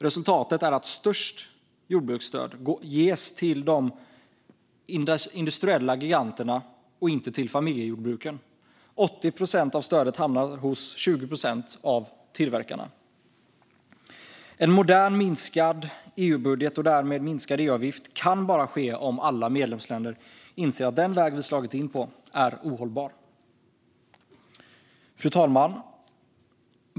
Resultatet är att störst jordbruksstöd ges till de industriella giganterna och inte till familjejordbruken - 80 procent av stödet hamnar hos 20 procent av tillverkarna. En modern, minskad EU-budget - och därmed en minskad EU-avgift - kan bara ske om alla medlemsländer inser att den väg vi slagit in på är ohållbar. Fru talman!